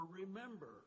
remember